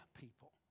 people